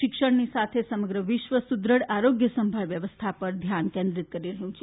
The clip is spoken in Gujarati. શિક્ષણની સાથે સમગ્ર વિશ્વ સુદૃઢ આરોગ્ય સંભાળ વ્યવસ્થા પર ધ્યાન કેન્દ્રીત કરી રહ્યું છે